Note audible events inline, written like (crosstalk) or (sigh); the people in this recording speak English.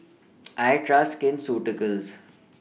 (noise) I Trust Skin Ceuticals